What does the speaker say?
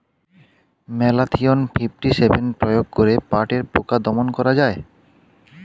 Malathion fifty seven প্রয়োগ করে পাটের পোকা দমন করা যায়?